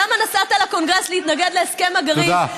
למה נסעת לקונגרס להתנגד להסכם הגרעין, תודה.